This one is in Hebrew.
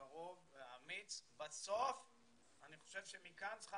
הקרוב והאמיץ בסוף אני חושב שמכאן צריכה